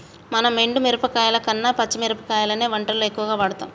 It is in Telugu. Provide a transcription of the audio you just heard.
మనం ఎండు మిరపకాయల కన్న పచ్చి మిరపకాయలనే వంటల్లో ఎక్కువుగా వాడుతాం